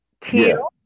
Kill